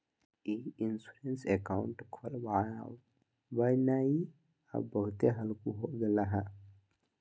ई insurance account खोलबनाइ अब बहुते हल्लुक हो गेलइ ह